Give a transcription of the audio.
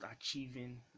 achieving